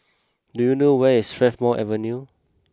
do you know where is Strathmore Avenue